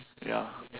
ya